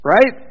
Right